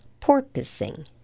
Porpoising